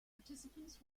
participants